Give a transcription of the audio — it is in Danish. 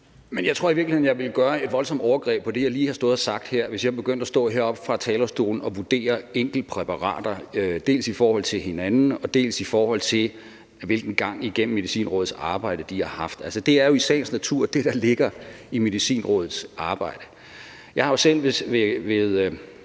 Men jeg tror i virkeligheden, jeg ville gøre et voldsomt overgreb på det, jeg lige har stået og sagt her, hvis jeg begyndte at stå heroppe fra talerstolen og vurdere enkeltpræparater, dels i forhold til hinanden, dels i forhold til hvilken gang igennem Medicinrådets arbejde, de har haft. Altså, det er jo i sagens natur det, der ligger i Medicinrådets arbejde. Jeg har ved